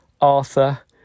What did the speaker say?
Arthur